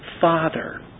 Father